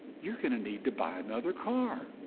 you're going to need to buy another car.